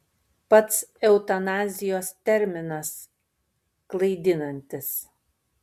pats eutanazijos terminas klaidinantis